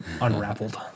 unraveled